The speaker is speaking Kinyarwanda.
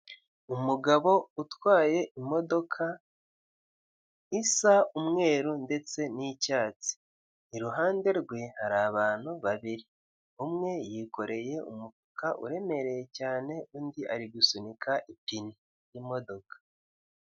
Umugabo utwaye imodoko, isa umweru ndetse n'icyatsi, iruhande rwe hari abantu babiri, umwe yikoreye umufuka uremereye cyane, undi ari gusunika ipine y'imodoka.